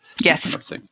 Yes